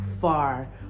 far